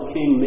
King